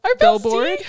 Billboard